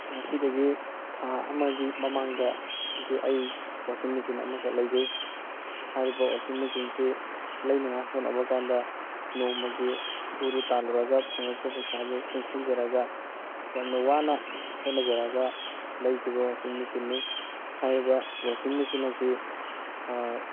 ꯉꯁꯤꯗꯒꯤ ꯊꯥ ꯑꯃꯒꯤ ꯃꯃꯥꯡꯗꯒꯤ ꯑꯩ ꯋꯥꯁꯤꯡ ꯃꯦꯆꯤꯟ ꯑꯃꯈꯛ ꯂꯩꯖꯩ ꯍꯥꯏꯔꯤꯕ ꯋꯥꯁꯤꯡ ꯃꯦꯆꯤꯟꯁꯤ ꯂꯩꯅꯉꯥꯏ ꯍꯣꯠꯅꯕ ꯀꯥꯟꯗ ꯅꯣꯡꯃꯒꯤ ꯁꯨꯔꯨ ꯇꯥꯜꯂꯨꯔꯒ ꯐꯪꯉꯛꯄ ꯄꯩꯁꯥꯗꯨ ꯇꯨꯡꯁꯤꯟꯖꯔꯒ ꯌꯥꯝꯅ ꯋꯥꯅ ꯍꯣꯠꯅꯖꯔꯒ ꯂꯩꯈꯤꯕ ꯋꯥꯁꯤꯡ ꯃꯦꯆꯤꯟꯅꯤ ꯍꯥꯏꯔꯤꯕ ꯋꯥꯁꯤꯡ ꯃꯦꯆꯤꯟ ꯑꯁꯤ